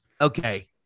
Okay